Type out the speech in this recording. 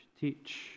teach